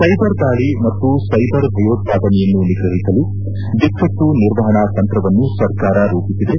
cyber ದಾಳಿ ಮತ್ತು cyber ಭಯೋತ್ಪಾದನೆಯನ್ನು ನಿಗ್ರಹಿಸಲು ಬಿಕ್ಕಟ್ಟು ನಿರ್ವಹಣಾ ತಂತ್ರವನ್ನು ಸರ್ಕಾರ ರೂಪಿಸಿದೆ